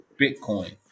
Bitcoin